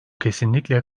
kesinlikle